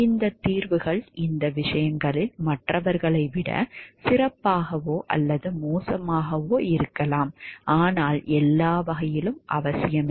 இந்த தீர்வுகள் சில விஷயங்களில் மற்றவர்களை விட சிறப்பாகவோ அல்லது மோசமாகவோ இருக்கலாம் ஆனால் எல்லா வகையிலும் அவசியமில்லை